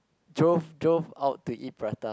drove drove out to eat prata